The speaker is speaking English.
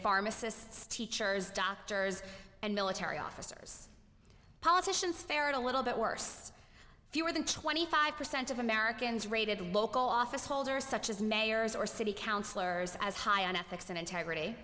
pharmacists teachers doctors and military officers politicians fared a little bit worse fewer than twenty five percent of americans rated local office holders such as mayors or city councilors as high on ethics and integrity